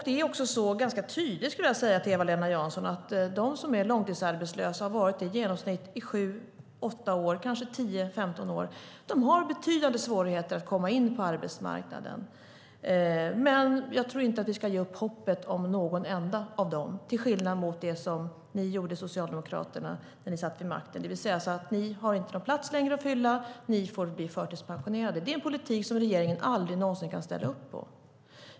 Det är också ganska tydligt, skulle jag vilja säga till Eva-Lena Jansson, att de som är långtidsarbetslösa och i genomsnitt har varit det i sju åtta, eller kanske tio-femton, år har betydande svårigheter att komma in på arbetsmarknaden. Jag tror dock inte att vi ska ge upp hoppet om någon enda av dem, till skillnad från det som ni i Socialdemokraterna gjorde när ni satt vid makten. Ni sade: De har inte längre någon plats att fylla; de får bli förtidspensionerade. Det är en politik regeringen aldrig någonsin kan ställa upp på.